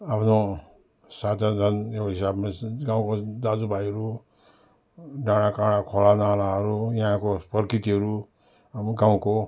आफ्नो शाखाजन एउ हिसाबमा गाउँको दाजु भाइहरू डाँडा काँडा खोला नालाहरू यहाँको प्रकृतिहरू अब गाउँको